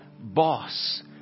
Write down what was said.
boss